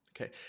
Okay